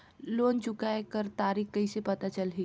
Loan चुकाय कर तारीक कइसे पता चलही?